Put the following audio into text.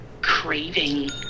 craving